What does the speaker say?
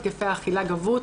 התקפי האכילה גברו,